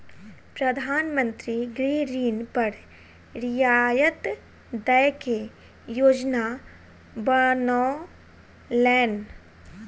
प्रधान मंत्री गृह ऋण पर रियायत दय के योजना बनौलैन